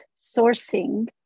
sourcing